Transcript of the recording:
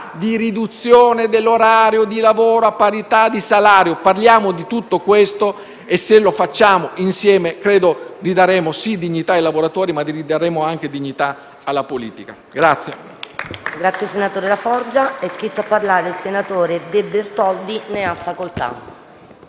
di riduzione dell'orario di lavoro a parità di salario. Parliamo di tutto questo e, se lo facciamo insieme, credo che ridaremo sì dignità ai lavoratori, ma ridaremo dignità anche alla politica.